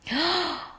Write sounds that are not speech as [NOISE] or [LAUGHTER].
[BREATH]